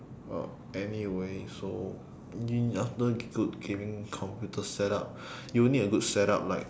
uh anyway so you need after good gaming computer setup you will need a good setup like